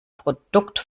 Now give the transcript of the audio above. produkt